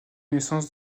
naissance